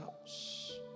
house